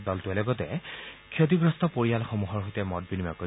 দলটোৱে লগতে ক্ষতিগ্ৰস্ত পৰিয়ালসমূহৰ সৈতে মত বিনিময় কৰিব